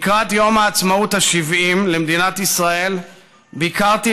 לקראת יום העצמאות ה-70 למדינת ישראל ביקרתי